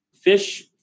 Fish